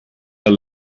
are